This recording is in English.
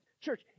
Church